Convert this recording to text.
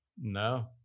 No